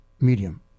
medium